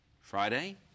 Friday